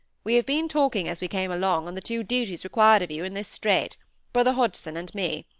we have been talking as we came along on the two duties required of you in this strait brother hodgson and me.